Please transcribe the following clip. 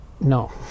no